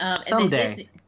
Someday